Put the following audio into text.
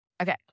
Okay